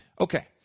Okay